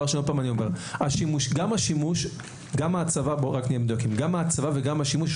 שוב אני אומר שגם השימוש וגם ההצבה יש